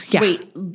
wait